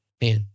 man